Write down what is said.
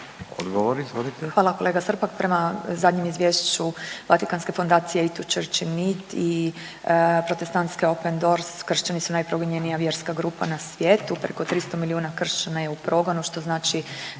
vam kolega Srpak. Prema zadnjem izvješću Vatikanske fondacije „Aid to Church in need“ i protestantske Open Doors, kršćani su najprogonjenija vjerska grupa na svijetu preko 300 milijuna kršćana je u progonu što znači